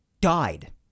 died